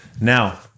Now